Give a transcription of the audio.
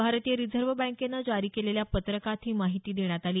भारतीय रिझर्व्ह बँकेनं जारी केलेल्या पत्रकात ही माहिती देण्यात आली